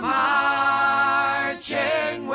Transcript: marching